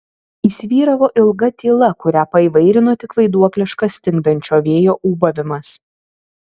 įsivyravo ilga tyla kurią paįvairino tik vaiduokliškas stingdančio vėjo ūbavimas